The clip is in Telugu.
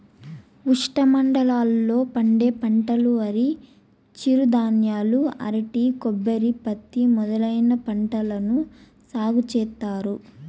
ఉష్ణమండలాల లో పండే పంటలువరి, చిరుధాన్యాలు, అరటి, కొబ్బరి, పత్తి మొదలైన పంటలను సాగు చేత్తారు